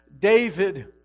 David